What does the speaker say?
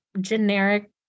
generic